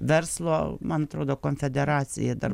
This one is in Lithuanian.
verslo man atrodo konfederacija dar